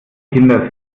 kinder